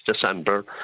December